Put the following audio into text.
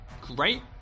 great